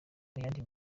yandi